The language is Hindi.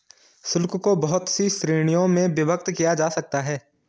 शुल्क को बहुत सी श्रीणियों में विभक्त किया जा सकता है